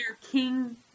king